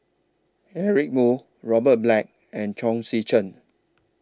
Eric Moo Robert Black and Chong Tze Chien